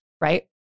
Right